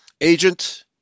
agent